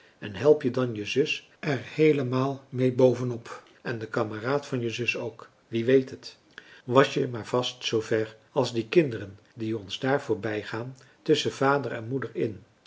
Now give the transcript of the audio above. en help je dan je zus er heelemaal mee bovenop en de kameraad van je zus ook wie weet het was je maar vast zoover als die kinderen die ons daar voorbijgaan tusschen vader en moeder in